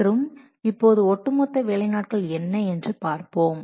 மற்றும் இப்போது ஒட்டுமொத்த வேலை நாட்கள் என்ன என்று பார்ப்போம்